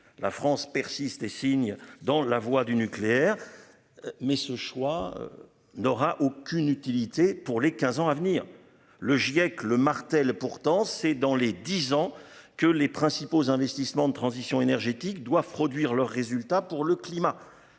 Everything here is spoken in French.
la France persiste et signe dans la voie du nucléaire. Mais ce choix n'aura aucune utilité pour les 15 ans à venir. Le GIEC le martèle pourtant c'est dans les 10 ans que les principaux investissements de transition énergétique doit produire leurs résultats pour le climat.